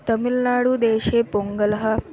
तमिल्नाडुदेशे पोङ्गलः